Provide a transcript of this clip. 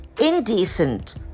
indecent